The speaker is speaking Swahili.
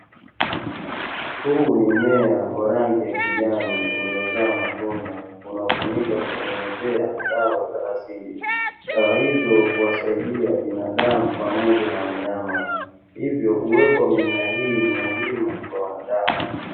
Huu ni mmea wa rangi ya kijani uliozaa matunda unaotumika kutengenezea dawa za asili, dawa hizo huwasaidia binadamu pamoja na wanyama, hivyo huwekwa mimea hii muhimu kwa wanadamu.